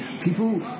People